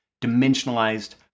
Dimensionalized